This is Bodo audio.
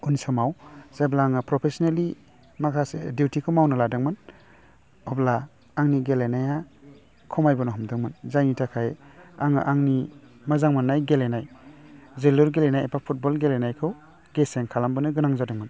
उन समाव जेब्ला आङो प्रफेसनेलि माखासे दिउथिखौ मावनो लादोंमोन अब्ला आंनि गेलेनाया खमायबोनो हमदोंमोन जायनि थाखाय आङो आंनि मोजां मोन्नाय गेलेनाय जोलुर गेलेनाय एबा फुटबल गेलेनायखौ गेसें खालामबोनो गोनां जादोंमोन